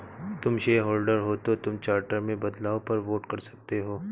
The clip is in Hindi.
तुम शेयरहोल्डर हो तो तुम चार्टर में बदलाव पर वोट कर सकते हो